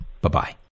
Bye-bye